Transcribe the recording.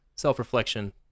self-reflection